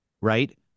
right